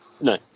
No